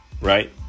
right